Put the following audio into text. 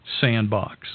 sandbox